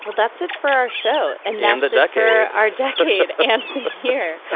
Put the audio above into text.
but that's it for our show. and then the darker our decade and the here.